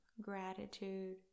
gratitude